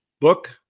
book